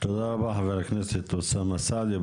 תודה רבה חבר הכנסת אוסאמה סעדי.